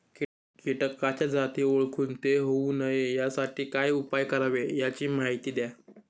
किटकाच्या जाती ओळखून ते होऊ नये यासाठी काय उपाय करावे याची माहिती द्या